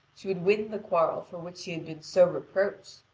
she would win the quarrel for which she had been so reproached,